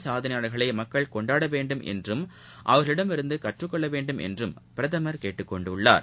சாதனையாளர்களைமக்கள் இத்தகையபெண் கொண்டாடவேண்டும் என்றும் அவர்களிடமிருந்துகற்றுக்கொள்ளவேண்டும் என்றும் அவர் கேட்டுக்கொண்டுள்ளார்